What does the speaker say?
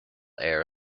air